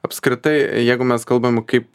apskritai jeigu mes kalbam kaip